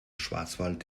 schwarzwald